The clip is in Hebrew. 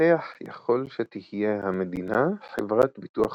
המבטח יכול שתהיה המדינה, חברת ביטוח